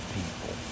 people